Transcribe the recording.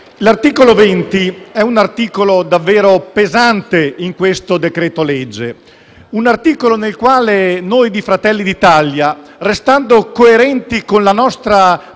l'articolo 20 è un articolo davvero pesante in questo decreto-legge, ragion per cui noi di Fratelli d'Italia, restando coerenti con la nostra